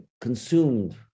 consumed